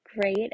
great